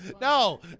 no